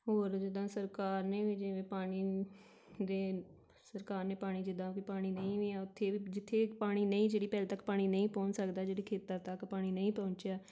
ਹੋਰ ਜਿੱਦਾਂ ਸਰਕਾਰ ਨੇ ਵੀ ਜਿਵੇਂ ਪਾਣੀ ਦੇ ਸਰਕਾਰ ਨੇ ਪਾਣੀ ਜਿੱਦਾਂ ਵੀ ਪਾਣੀ ਨਹੀਂ ਵੀ ਆ ਉੱਥੇ ਵੀ ਜਿੱਥੇ ਪਾਣੀ ਨਹੀਂ ਜਿਹੜੀ ਪੈਲੀ ਤੱਕ ਪਾਣੀ ਨਹੀਂ ਪਹੁੰਚ ਸਕਦਾ ਜਿਹੜੇ ਖੇਤਾਂ ਤੱਕ ਪਾਣੀ ਨਹੀਂ ਪਹੁੰਚਿਆ